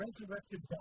resurrected